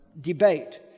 debate